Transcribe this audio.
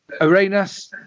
Arenas